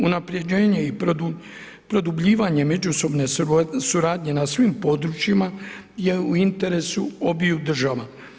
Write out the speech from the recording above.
Unaprjeđenje i produbljivanje međusobno suradnje na svim područjima je u interesu obje država.